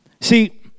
See